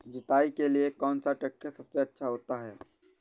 जुताई के लिए कौन सा ट्रैक्टर सबसे अच्छा होता है?